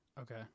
Okay